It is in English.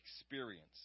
experience